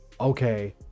okay